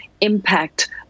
impact